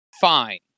fine